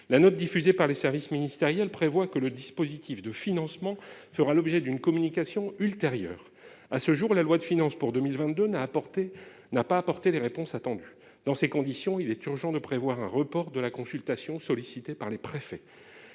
la note diffusée par les services ministériels prévoient que le dispositif de financement fera l'objet d'une communication ultérieure, à ce jour, la loi de finances pour 2022 n'a apporté, n'a pas apporté les réponses attendues dans ces conditions, il est urgent de prévoir un report de la consultation, sollicité par les préfets,